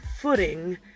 footing